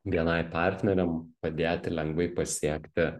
bni partneriam padėti lengvai pasiekti